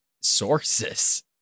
sources